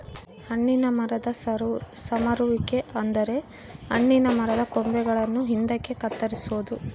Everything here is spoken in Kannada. ಹಣ್ಣಿನ ಮರದ ಸಮರುವಿಕೆ ಅಂದರೆ ಹಣ್ಣಿನ ಮರದ ಕೊಂಬೆಗಳನ್ನು ಹಿಂದಕ್ಕೆ ಕತ್ತರಿಸೊದು